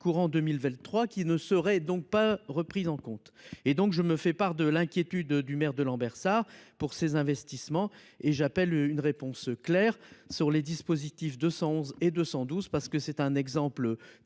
courant 2000, Vel trois qui ne serait donc pas reprises en compte et donc je me fait part de l'inquiétude du maire de Lambersart pour ses investissements et j'appelle une réponse claire sur les dispositifs, 211 et 212. Parce que c'est un exemple très